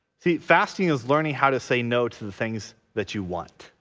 see, fasting is learning how to say no to the things that you want.